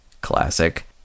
classic